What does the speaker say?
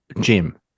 Jim